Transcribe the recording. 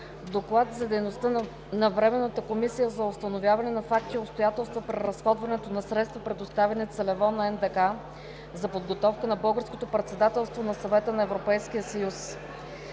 „Доклад за дейността на Временната комисия за установяване на факти и обстоятелства при разходването на средства, предоставени целево на НДК за подготовка на Българското председателство на Съвета на Европейския съюз…”